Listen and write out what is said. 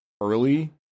early